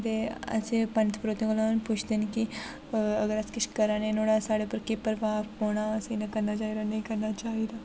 ते असें पंत परोह्तें कोला पुच्छदे न कि अ अगर अस किश कराने नुहाड़ा साढ़ पर केह् प्रभाव पौना असें इ'यांं करना चाहि्दा नेईं करना चाहिदा